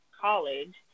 college